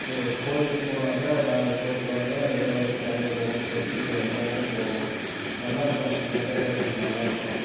கோ கோயிலுக்கு போனாக்கால் நாங்கள் கோயில் போனாலே இதே மாதிரி ஃபேம்லியாக போவோம் ஃப்ரெண்ட்சிப்பு எல்லாேருமே போவோம் நல்லா இருக்கும் என்டர்டைன்மெண்ட் நல்லா இருக்கும்